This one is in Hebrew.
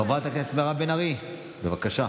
חברת הכנסת מירב בן ארי, בבקשה.